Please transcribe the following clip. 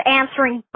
answering